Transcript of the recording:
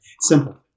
Simple